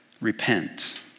Repent